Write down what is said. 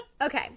Okay